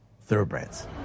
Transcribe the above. thoroughbreds